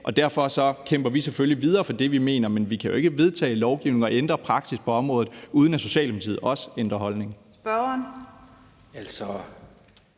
derfor kæmper vi selvfølgelig videre for det, vi mener, men vi kan jo ikke vedtage lovgivning og ændre praksis på området, uden at Socialdemokratiet også ændrer holdning.